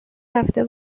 رفته